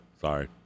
Sorry